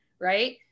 right